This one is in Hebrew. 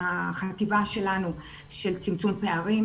החטיבה שלנו של צמצום פערים,